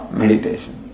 meditation